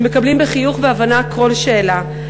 שמקבלים בחיוך ובהבנה כל שאלה,